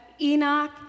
Enoch